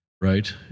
right